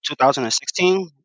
2016